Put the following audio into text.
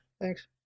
Thanks